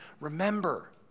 remember